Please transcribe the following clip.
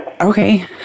Okay